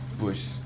Bush